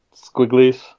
squigglies